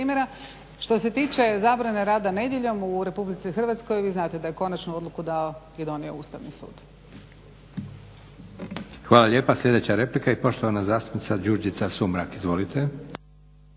Hvala lijepa. Sljedeća replika i poštovana zastupnica Đurđica Sumrak.